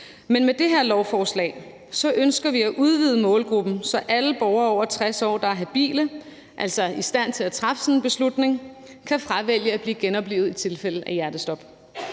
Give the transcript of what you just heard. Men med det her lovforslag ønsker vi at udvide målgruppen, så alle borgere over 60 år, der er habile, altså som er i stand til at træffe sådan en beslutning, kan fravælge at blive genoplivet i tilfælde af hjertestop.